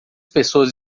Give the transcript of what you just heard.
pessoas